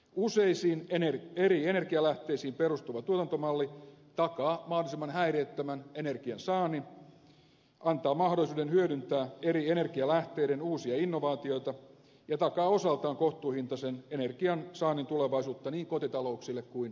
useisiin eri energialähteisiin perustuva tuotantomalli takaa mahdollisimman häiriöttömän energiansaannin antaa mahdollisuuden hyödyntää eri energialähteiden uusia innovaatioita ja takaa osaltaan kohtuuhintaisen energiansaannin tulevaisuutta niin kotitalouksille kuin yrityksille